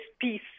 peace